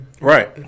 Right